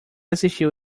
assistiu